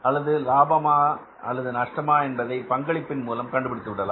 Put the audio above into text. அது லாபமா அல்லது நஷ்டமா என்பதை பங்களிப்பின் மூலம் கண்டுபிடித்து விட முடியும்